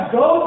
go